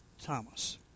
Thomas